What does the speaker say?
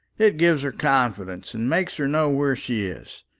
it gives her confidence, and makes her know where she is.